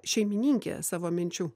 šeimininkė savo minčių